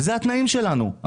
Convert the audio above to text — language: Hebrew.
זה התנאים שלנו.